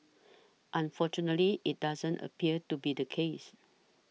unfortunately it doesn't appear to be the case